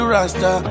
Rasta